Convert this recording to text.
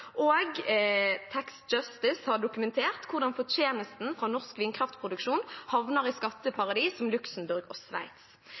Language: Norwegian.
og Tax Justice Network har dokumentert hvordan fortjenesten fra norsk vindkraftproduksjon havner i